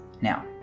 Now